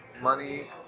money